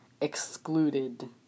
excluded